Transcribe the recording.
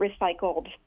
recycled